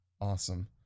Awesome